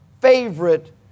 favorite